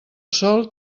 sol